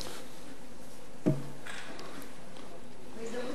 בהזדמנות